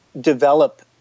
develop